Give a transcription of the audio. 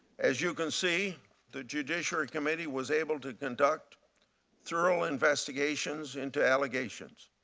as you can see the judiciary committee was able to conduct thorough investigations into allegations.